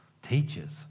Teachers